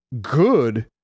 good